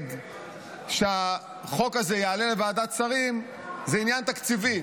התנגד שהחוק הזה יעלה לוועדת שרים הוא עניין תקציבי,